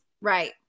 Right